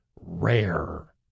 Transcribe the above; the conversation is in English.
rare